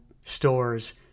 stores